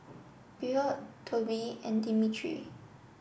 Bill Toby and Dimitri